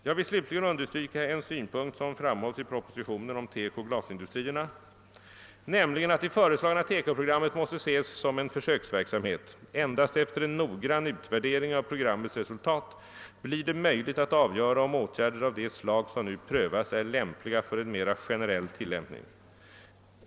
Jag vill slutligen understryka en synpunkt som framhålls i propositionen om TEKO och sglasindustrierna, nämligen att det föreslagna TEKO-programmet måste ses som en försöksverksamhet. Endast efter en noggrann utvärdering av programmets resultat blir det möjligt att avgöra om åtgärder av det slag som nu prövas är lämpliga för en mera generell tillämpning.